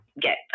get